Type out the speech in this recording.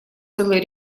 целый